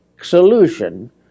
solution